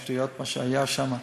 השטויות שהיו שם.